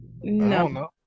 No